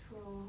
so